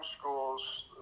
schools